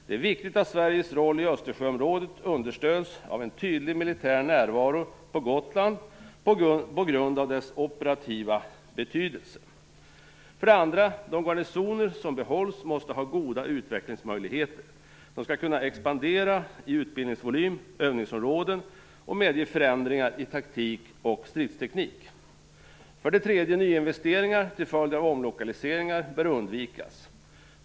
Det är viktigt att Sveriges roll i Östersjöområdet understöds av en tydlig militär närvaro på Gotland, på grund av dess operativa betydelse. 2. De garnisoner som behålls måste ha goda utvecklingsmöjligheter. De skall kunna expandera i utbildningsvolym och övningsområden och medge förändringar i taktik och stridsteknik. 3. Nyinvesteringar till följd av omlokaliseringar bör undvikas.